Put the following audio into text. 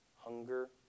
hunger